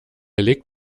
legt